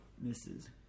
Misses